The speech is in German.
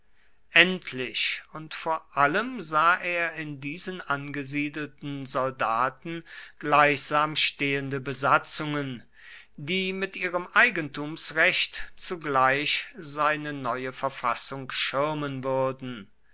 endlich und vor allem sah er in diesen angesiedelten soldaten gleichsam stehende besatzungen die mit ihrem eigentumsrecht zugleich seine neue verfassung schirmen würden